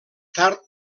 tard